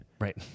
right